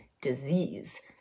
disease